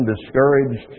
discouraged